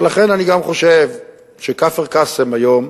ולכן אני גם חושב שכפר-קאסם היום,